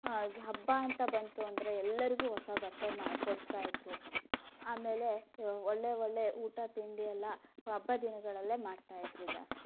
ಹಬ್ಬ ಅಂತ ಬಂತು ಅಂದರೆ ಎಲ್ಲರಿಗೂ ಹೊಸ ಬಟ್ಟೆ ಕೊಡಿಸ್ತಾ ಇದ್ದರು ಆಮೇಲೆ ಒಳ್ಳೆಯ ಒಳ್ಳೆಯ ಊಟ ತಿಂಡಿ ಎಲ್ಲ ಹಬ್ಬದ ದಿನಗಳಲ್ಲೇ ಮಾಡ್ತಾ ಇದ್ದರು ಜಾಸ್ತಿ